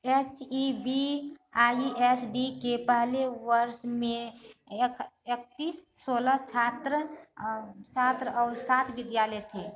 H E B I S D के पहले वर्ष में एक इकतीस सोलह छात्र छात्र और सात विद्यालय थे